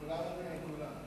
כולם אומרים על כולם.